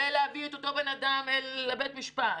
ולהביא את אותו חוסה לבית המשפט.